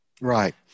Right